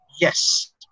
Yes